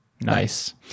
Nice